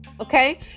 Okay